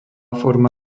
forma